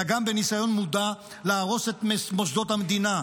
אלא גם בניסיון מודע להרוס את מוסדות המדינה.